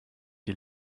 die